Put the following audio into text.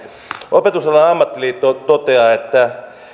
opetusalan ammattiliitto toteaa että